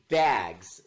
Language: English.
bags